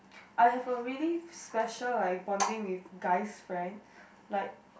I have a really special like bonding with guys friend like